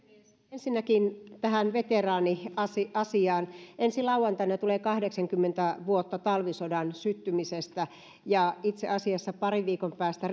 ensinnäkin tähän veteraaniasiaan ensi lauantaina tulee kahdeksankymmentä vuotta talvisodan syttymisestä ja itse asiassa parin viikon päästä